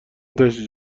تشییع